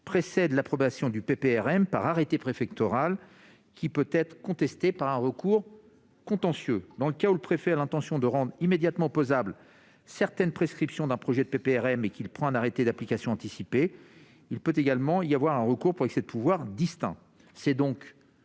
précède l'approbation du PPRM, par arrêté préfectoral, qui peut être contesté par un recours contentieux. Dans le cas où le préfet a l'intention de rendre immédiatement opposables certaines prescriptions d'un projet de PPRM et qu'il prend un arrêté d'application anticipé, il peut également y avoir un recours distinct pour excès de pouvoir.